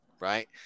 right